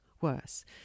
worse